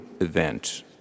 event